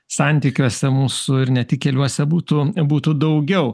santykiuose mūsų ir ne tik keliuose būtų būtų daugiau